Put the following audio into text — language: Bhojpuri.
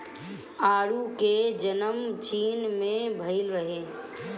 आडू के जनम चीन में भइल रहे